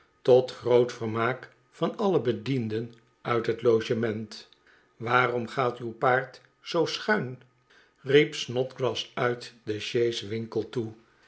tot groot vermaak van alle bedienden uit het logement waarom gaat uw paard zoo schuins riep snodgrass uit de sjees winkle toe